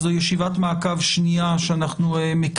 אנחנו נפתח את הדיון.